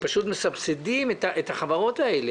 פשוט מסבסדות את החברות האלה.